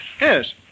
yes